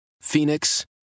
Phoenix